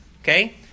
Okay